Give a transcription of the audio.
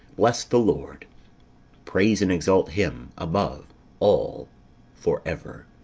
bless the lord praise and exalt him above all for ever.